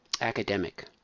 academic